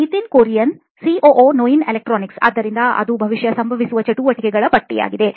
Nitin Kurian COO ನೋಯಿನ್ electronics ಆದ್ದರಿಂದ ಅದು ಬಹುಶಃ ಸಂಭವಿಸುವ ಚಟುವಟಿಕೆಗಳ ಪಟ್ಟಿಯಾಗಿದೆ